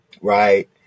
Right